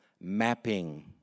mapping